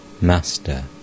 Master